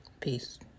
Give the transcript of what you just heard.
Peace